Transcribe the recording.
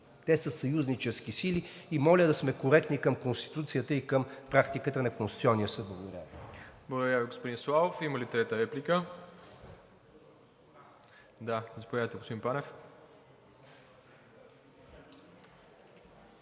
те са съюзнически сили и моля да сме коректни към Конституцията и към практиката на Конституционния съд.